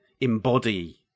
embody